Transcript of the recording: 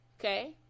Okay